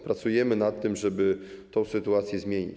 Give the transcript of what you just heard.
Pracujemy nad tym, żeby tę sytuację zmienić.